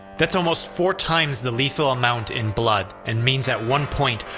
that's almost four times the lethal amount in blood, and means at one point,